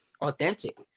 authentic